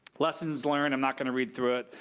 lessons learned, i'm not gonna read through it,